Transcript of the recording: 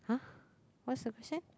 !huh! what's the question